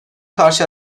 karşı